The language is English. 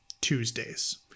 Tuesdays